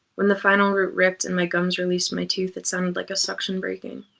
when the final root ripped and my gums released my tooth, it sounded like a suction breaking,